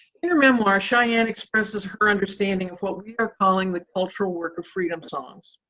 in her memoir, sheyann expresses her understanding of what we are calling the cultural work of freedom songs.